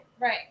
Right